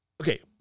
Okay